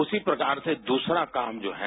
उसी प्रकार से दूसरा काम जो है